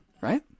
right